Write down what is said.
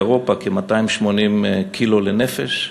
באירופה כ-280 קילו לנפש,